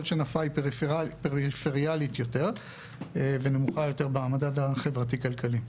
שנפה היא פריפריאלית יותר ונמוכה יותר במדד החברתי-כלכלי.